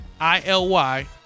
I-L-Y